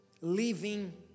living